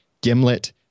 Gimlet